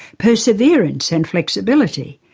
perseverance and flexibility,